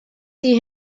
see